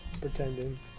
pretending